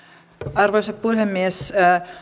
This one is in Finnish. arvoisa puhemies